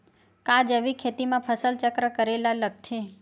का जैविक खेती म फसल चक्र करे ल लगथे?